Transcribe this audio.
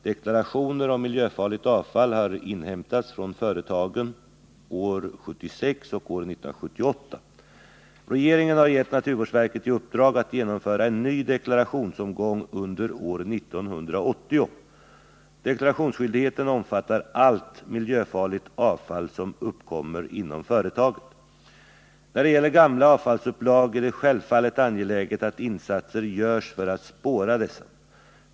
Deklarationer om miljöfarligt avfall har inhämtats från företagen år 1976 och år 1978. Regeringen har gett naturvårdsverket i uppdrag att genomföra en ny deklarationsomgång under år 1980. Deklarationsskyldigheten omfattar allt miljöfarligt avfall som uppkommer inom företaget. När det gäller gamla avfallsupplag är det självfallet angeläget att insatser görs för att spåra dessa.